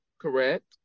correct